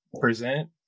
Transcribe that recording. present